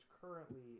currently